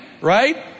right